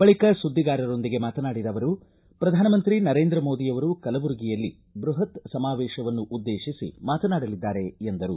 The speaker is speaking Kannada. ಬಳಿಕ ಸುದ್ದಿಗಾರರೊಂದಿಗೆ ಮಾತನಾಡಿದ ಅವರು ಪ್ರಧಾನಮಂತ್ರಿ ನರೇಂದ್ರ ಮೋದಿಯವರು ಕಲಬುರಗಿಯಲ್ಲಿ ಬ್ಬಪತ್ ಸಮಾವೇಶವನ್ನು ಉದ್ದೇಶಿಸಿ ಮಾತನಾಡಲಿದ್ದಾರೆ ಎಂದರು